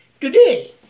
Today